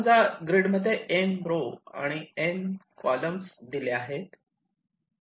समजा ग्रीड मध्ये M row आणि N कॉलम दिले आहेत